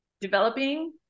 developing